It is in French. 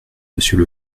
monsieur